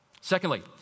Secondly